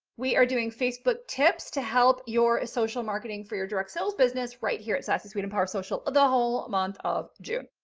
we are doing facebook tips to help your social marketing for your direct sales business right here at sassy suite, empowersocial, the whole month of june.